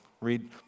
Read